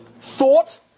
Thought